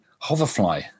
hoverfly